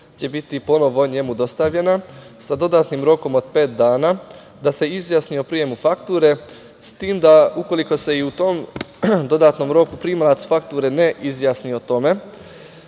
će biti ponovo njemu dostavljena sa dodatnim rokom od pet dana da se izjasni o prijemu fakture, s tim da ukoliko se i u tom dodatnom roku primalac fakture ne izjasni o tome,